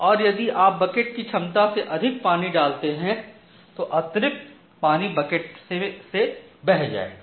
और यदि आप बकेट की क्षमता से अधिक पानी डालते हैं तो अतिरिक्त पानी बकेट से बह जाएगा